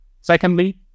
Secondly